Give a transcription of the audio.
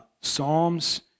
Psalms